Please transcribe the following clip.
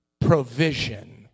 provision